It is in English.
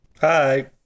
Hi